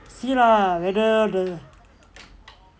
see lah whether